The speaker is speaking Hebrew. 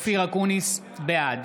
(קורא בשמות חברי הכנסת) אופיר אקוניס, בעד